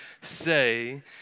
say